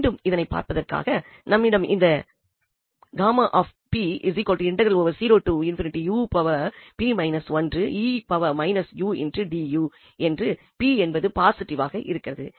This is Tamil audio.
மீண்டும் இதனைப் பார்ப்பதற்காக நம்மிடம் இந்த என்று p என்பது பாசிட்டிவ் ஆக இருக்கிறது